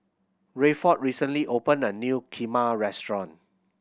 Rayford recently opened a new Kheema restaurant